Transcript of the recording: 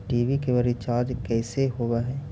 TV cable recharge कैसे होब हइ?